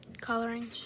Coloring